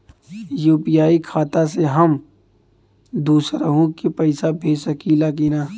UPI खाता से हम दुसरहु के पैसा भेज सकीला की ना?